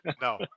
No